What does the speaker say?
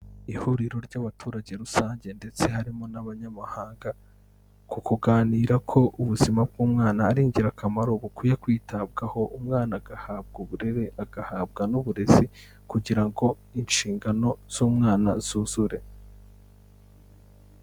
Ihuriro ry'abaturage rusange ndetse harimo n'abanyamahanga, ku kuganira ko ubuzima bw'umwana ari ingirakamaro bukwiye kwitabwaho umwana agahabwa uburere, agahabwa n'uburezi kugira ngo inshingano z'umwana zuzure.